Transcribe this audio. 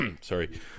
Sorry